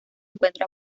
encuentra